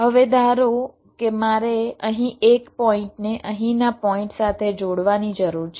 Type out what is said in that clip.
હવે ધારો કે મારે અહીં એક પોઇન્ટને અહીંના પોઇન્ટ સાથે જોડવાની જરૂર છે